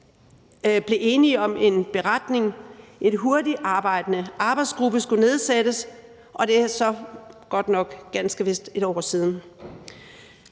blev enige om en beretning, en hurtigtarbejdende arbejdsgruppe skulle nedsættes, og det er så godt nok ganske vist et år siden.